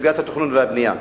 סוגיית התכנון והבנייה.